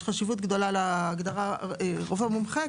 יש חשיבות גדולה להגדרה "רופא מומחה",